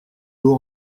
l’eau